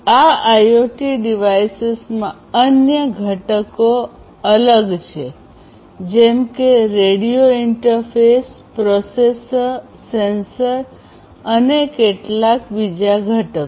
આ આઇઓટી ડિવાઇસીસમાં અન્ય ઘટકો અલગ છે જેમકે રેડિયો ઇન્ટરફેસ પ્રોસેસર સેન્સર અને કેટલાક બીજા ઘટકો